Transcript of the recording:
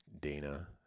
Dana